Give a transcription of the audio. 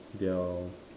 they all